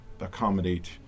accommodate